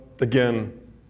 again